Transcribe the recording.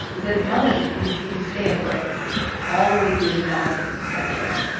is that is money means he can stay in the race all the way through to the nominating convention.